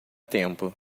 tempo